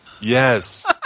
Yes